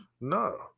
No